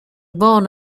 born